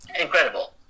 Incredible